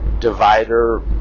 divider